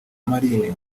marine